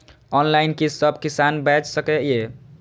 Online कि सब किसान बैच सके ये?